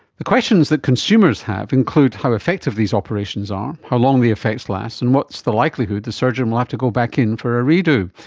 the questions that consumers have include how effective these operations are, how long the effects last, and what's the likelihood the surgeon will have to go back in for a redo.